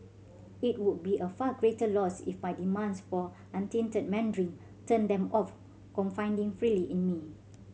it would be a far greater loss if my demands for untainted Mandarin turned them off confiding freely in me